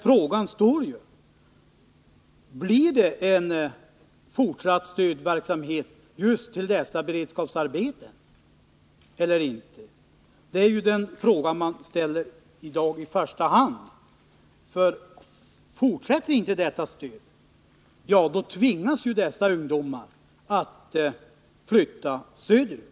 Frågan kvarstår: Blir det en fortsatt stödverksamhet just till dessa beredskapsarbeten eller inte? Det är den fråga man ställer i dag i första hand. Fortsätter inte detta stöd tvingas ju dessa ungdomar att flytta söderut.